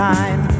time